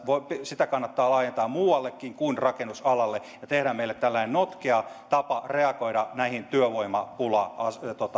sitä kannattaa laajentaa muuallekin kuin rakennusalalle ja tehdä meille tällainen notkea tapa reagoida näihin työvoimapulaongelmiin